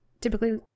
typically